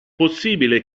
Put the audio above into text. possibile